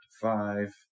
five